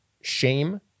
shame